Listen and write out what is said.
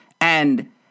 And